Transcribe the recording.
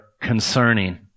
concerning